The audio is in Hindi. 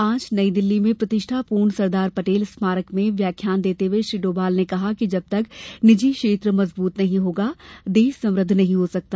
आज नई दिल्ली में प्रतिष्ठापूर्ण सरदार पटेल स्मारक व्याख्यान देते हुए श्री डोभाल ने कहा कि जब तक निजी क्षेत्र मजबूत नहीं होगा देश समृद्ध नहीं हो सकता